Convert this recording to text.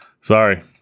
Sorry